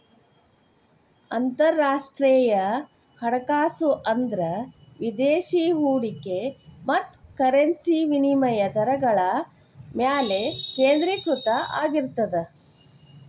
ಅಂತರರಾಷ್ಟ್ರೇಯ ಹಣಕಾಸು ಅಂದ್ರ ವಿದೇಶಿ ಹೂಡಿಕೆ ಮತ್ತ ಕರೆನ್ಸಿ ವಿನಿಮಯ ದರಗಳ ಮ್ಯಾಲೆ ಕೇಂದ್ರೇಕೃತ ಆಗಿರ್ತದ